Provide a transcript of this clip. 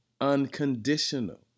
unconditional